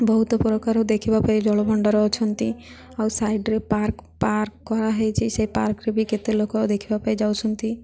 ବହୁତ ପ୍ରକାର ଦେଖିବା ପାଇଁ ଜଳଭଣ୍ଡାର ଅଛନ୍ତି ଆଉ ସାଇଡ଼୍ରେ ପାର୍କ ପାର୍କ କରାହେଇଛି ସେ ପାର୍କରେ ବି କେତେ ଲୋକ ଦେଖିବା ପାଇଁ ଯାଉଛନ୍ତି